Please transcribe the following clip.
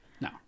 no